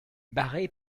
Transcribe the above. barré